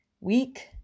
week